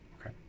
okay